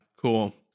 Cool